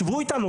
שבו איתנו,